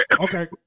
okay